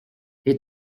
les